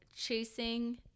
Chasing